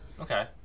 Okay